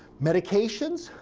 medications?